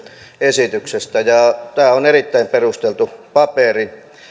esityksestä tämä on erittäin perusteltu paperi